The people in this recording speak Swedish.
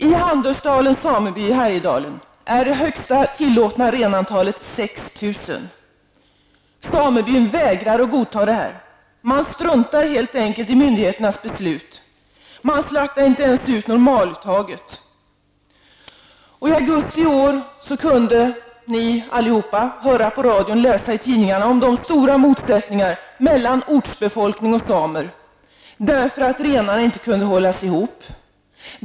I Handölsdalens sameby i Härjedalen är det högsta tillåtna renantalet 6 000. Samebyn vägrar att godta detta. Man struntar helt enkelt i myndigheternas beslut. Man slaktar inte ut ens normaluttaget. I augusti i år kunde ni alla höra i radion och läsa i tidningarna om de stora motsättningarna mellan ortsbefolkningen och samerna, därför att renarna inte kunde hållas ihop.